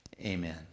Amen